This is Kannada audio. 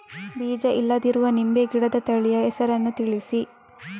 ಬೀಜ ಇಲ್ಲದಿರುವ ನಿಂಬೆ ಗಿಡದ ತಳಿಯ ಹೆಸರನ್ನು ತಿಳಿಸಿ?